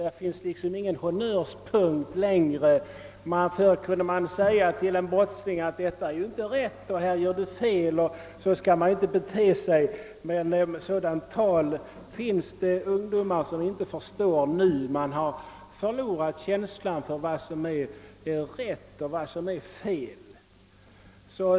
Där finns det liksom ingen honnörspunkt längre. Förr kunde man säga till en brottsling att detta är inte rätt, här gör du fel, och så skall man inte bete sig. Men nu finns det ungdomar som inte förstår sådant tal. De har förlorat känslan för vad som är rätt och fel.